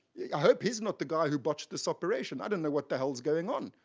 i hope he's not the guy who botched this operation. i don't know what the hell's going on.